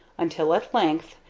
until at length,